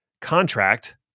contract